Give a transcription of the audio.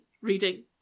reading